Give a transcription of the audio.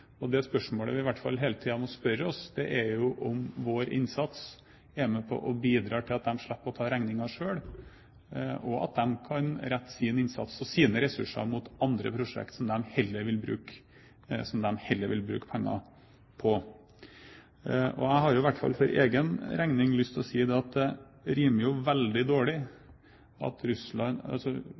det siste. Og det spørsmålet vi hele tiden må stille oss, er jo om vår innsats er med på å bidra til at de slipper å ta regningen selv, og at de kan rette sin innsats og sine ressurser mot andre prosjekter som de heller vil bruke penger på. Jeg har i hvert fall for egen regning lyst til å si at Russlands ambisjoner som regional og global stormakt rimer veldig dårlig med at